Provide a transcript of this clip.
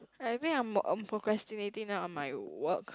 and I think I'm um procrastinating now on my work